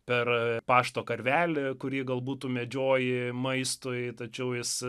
per pašto karvelį kurį galbūt tu medžioji maistui tačiau jis